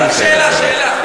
רק שאלה, שאלה.